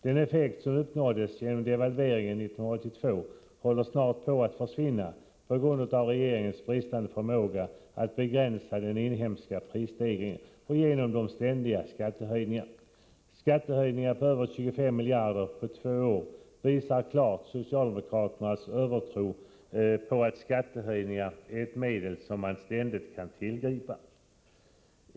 Den effekt som uppnåddes genom devalveringen 1982 håller på att försvinna på grund av regeringens bristande förmåga att begränsa den inhemska prisstegringen och ständiga skattehöjningar. Skattehöjningar på över 25 miljarder på två år visar klart socialdemokraternas övertro på att skattehöjningar är ett medel man ständigt kan tillgripa.